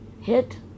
hit